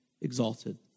exalted